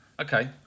Okay